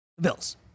Bills